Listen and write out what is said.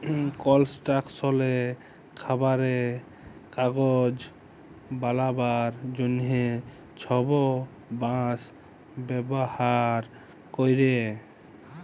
কলস্ট্রাকশলে, খাবারে, কাগজ বালাবার জ্যনহে ছব বাঁশ ব্যাভার ক্যরে